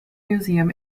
museum